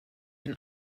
ein